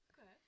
Okay